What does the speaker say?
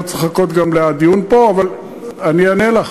לא צריך גם לחכות לדיון פה, אבל אני אענה לך.